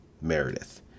Meredith